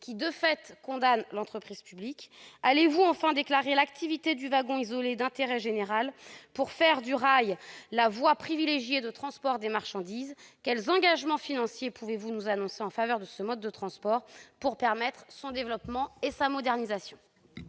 qui, de fait, condamne l'entreprise publique ? Allez-vous enfin déclarer l'activité du wagon isolé d'intérêt général pour faire du rail la voie privilégiée de transport des marchandises ? Quels engagements financiers pouvez-vous nous annoncer en faveur de ce mode de transport, pour permettre son développement et sa modernisation ?